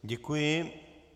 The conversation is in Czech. Děkuji.